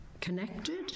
connected